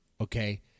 Okay